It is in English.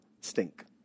stink